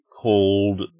cold